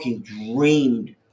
dreamed